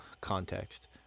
context